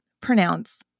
pronounce